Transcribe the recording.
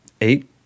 eight